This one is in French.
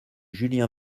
julien